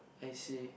I see